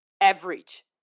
average